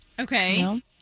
Okay